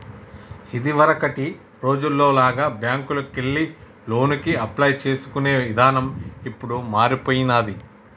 ఇదివరకటి రోజుల్లో లాగా బ్యేంకుకెళ్లి లోనుకి అప్లై చేసుకునే ఇదానం ఇప్పుడు మారిపొయ్యినాది